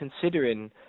considering